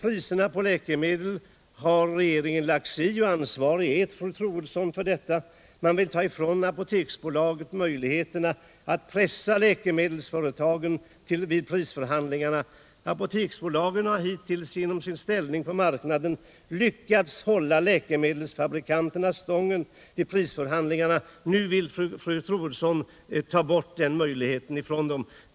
Regeringen har lagt sig i frågan om priserna på läkemedel, och ansvarig är fru Troedsson. Man vill ta ifrån Apoteksbolaget dess möjligheter att pressa läkemedelsföretagen vid prisförhandlingar. Apoteksbolaget har hittills genom sin ställning på marknaden lyckats hålla läkemedelsfabrikanterna stången vid prisförhandlingarna. Nu vill fru Troedsson ta ifrån bolaget den möjligheten.